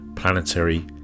planetary